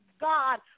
God